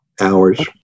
hours